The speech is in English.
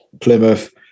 Plymouth